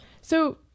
So-